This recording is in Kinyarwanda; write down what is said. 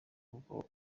n’ubwo